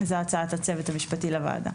זו הצעת הצוות המשפטי לוועדה.